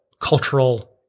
cultural